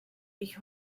ich